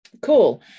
Cool